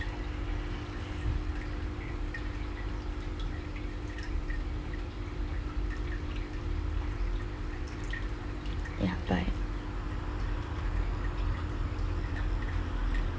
ya bye